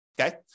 okay